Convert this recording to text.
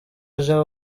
aje